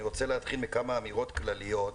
אני רוצה להתחיל מכמה אמירות כלליות.